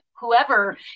whoever